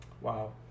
Wow